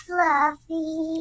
Fluffy